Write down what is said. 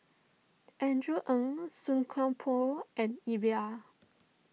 Andrew Ang Song Koon Poh and Iqbal